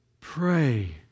pray